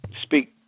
Speak